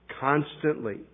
Constantly